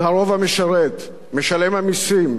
משלם המסים, מגדל הילדים,